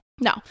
No